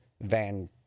Van